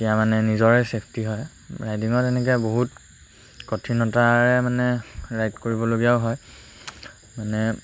এতিয়া মানে নিজৰে চেফটি হয় ৰাইডিঙত এনেকৈ বহুত কঠিনতাৰে মানে ৰাইড কৰিবলগীয়াও হয় মানে